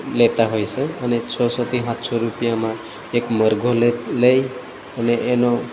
લેતા હોય છે અને છસોથી સાતસો રૂપિયામાં એક મરઘો લે લઈ અને એનો